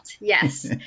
Yes